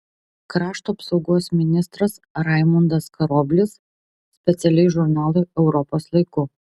krašto apsaugos ministras raimundas karoblis specialiai žurnalui europos laiku